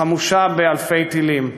חמוש באלפי טילים.